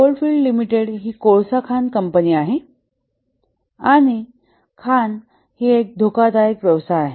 coalfield limited ही कोळसा खाण कंपनी आहे आणि खाण हा धोकादायक व्यवसाय आहे